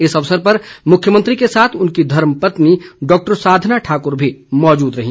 इस अवसर पर मुख्यमंत्री के साथ उनकी धर्मपत्नी डॉक्टर साधना ठाकुर भी मौजूद रहीं